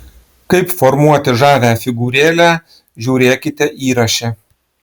kaip formuoti žavią figūrėlę žiūrėkite įraše